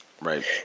Right